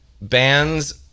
bands